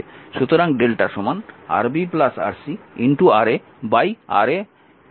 সুতরাং lrmΔ Rb Rc Ra Ra Rb Rc